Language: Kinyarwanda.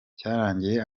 cyarangiye